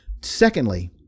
Secondly